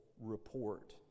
report